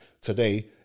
today